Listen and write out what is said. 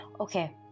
Okay